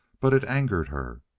but it angered her.